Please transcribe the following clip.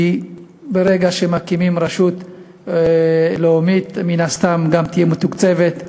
כי ברגע שמקימים רשות לאומית מן הסתם היא גם תהיה מתוקצבת,